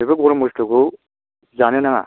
बेफोर गरम बुस्थुखौ जानो नाङा